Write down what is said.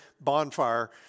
bonfire